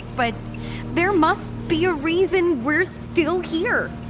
but there must be a reason we're still here.